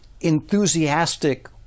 enthusiastic